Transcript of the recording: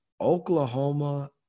Oklahoma